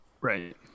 Right